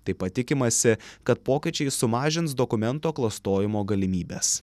taip pat tikimasi kad pokyčiai sumažins dokumento klastojimo galimybes